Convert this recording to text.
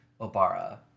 Obara